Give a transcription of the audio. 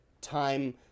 time